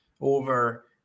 over